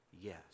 yes